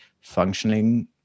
functioning